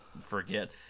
forget